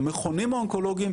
המכונים האונקולוגים,